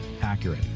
accurate